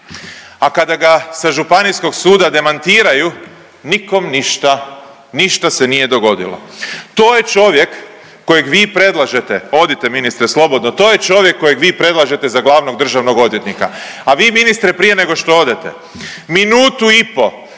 A kada ga sa Županijskog suda demantiraju nikom ništa, ništa se nije dogodilo. To je čovjek kojeg vi predlažete, odite ministre slobodno, to je čovjek kojeg vi predlažete za glavnog državnog odvjetnika. A vi ministre prije nego što odete minutu i po